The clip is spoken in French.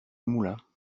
moulin